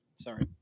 sorry